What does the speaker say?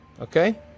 okay